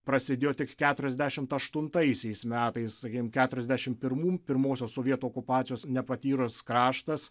prasidėjo tik keturiasdešimt aštuntaisiais metais sakykim keturiasdešim pirmų pirmosios sovietų okupacijos nepatyrus kraštas